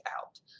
out